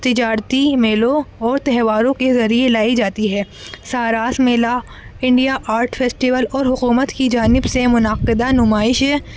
تجارتی میلوں اور تہواروں کے ذریعے لائی جاتی ہے ساراس میلہ انڈیا آرٹ فیسٹیول اور حکومت کی جانب سے منعقدہ نمائش